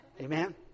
Amen